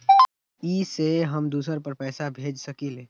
इ सेऐ हम दुसर पर पैसा भेज सकील?